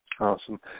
Awesome